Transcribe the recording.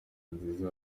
nziza